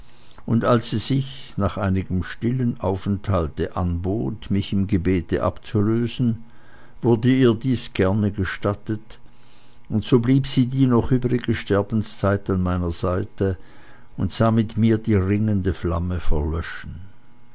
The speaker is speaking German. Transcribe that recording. und als sie sich nach einigem stillen aufenthalte anbot mich im gebete abzulösen wurde ihr dies gern gestattet und so blieb sie die noch übrige sterbenszeit an meiner seite und sah mit mir die ringende flamme verlöschen